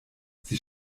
sie